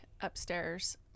upstairs